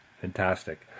Fantastic